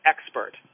expert